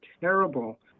terrible